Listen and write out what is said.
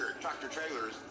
tractor-trailers